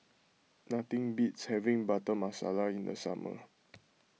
nothing beats having Butter Masala in the summer